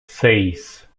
seis